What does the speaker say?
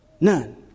None